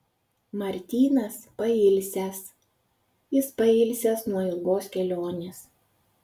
martynas pailsęs jis pailsęs nuo ilgos kelionės